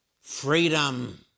freedom